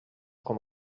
com